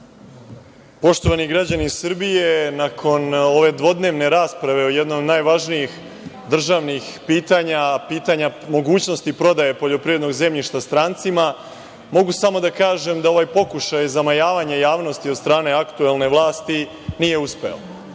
Poštovani građani Srbije, nakon ove dvodnevne rasprave o jednom od najvažnijih državnih pitanja, pitanja mogućnosti prodaje poljoprivrednog zemljišta strancima mogu samo da kažem da ovaj pokušaj zamajavanja javnosti od strane aktuelne vlasti nije uspeo. Voleo